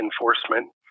enforcement